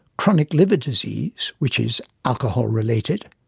chronic liver disease which is alcohol related